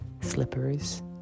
Slippers